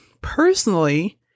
personally